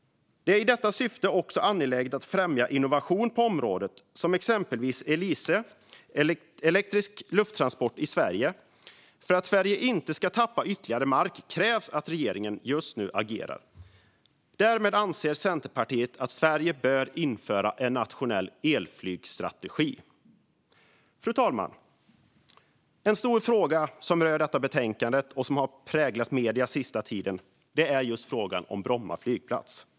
Det är i detta syfte också angeläget att främja innovation på området, som exempelvis projektet Elise, Elektrisk Lufttransport i Sverige. För att Sverige inte ska tappa ytterligare mark krävs att regeringen agerar nu. Centerpartiet anser att Sverige bör införa en nationell elflygsstrategi. Fru talman! En stor fråga som rör detta betänkande och som har präglat medierna den senaste tiden är frågan om Bromma flygplats.